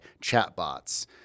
chatbots